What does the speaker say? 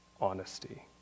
honesty